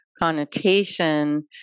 connotation